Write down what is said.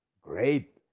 Great